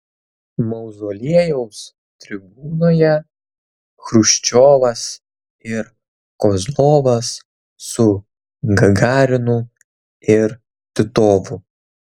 mauzoliejaus tribūnoje chruščiovas ir kozlovas su gagarinu ir titovu